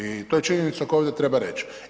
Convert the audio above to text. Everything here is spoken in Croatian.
I to je činjenica koju ovdje treba reći.